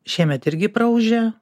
šiemet irgi praūžė